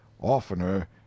oftener